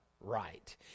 right